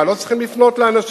מה, לא צריך לפנות לאנשים?